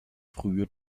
frühe